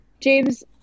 James